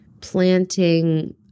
planting